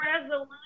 resolution